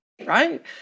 right